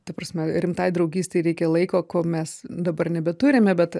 ta prasme rimtai draugystei reikia laiko ko mes dabar nebeturime bet